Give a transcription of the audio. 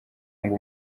ngo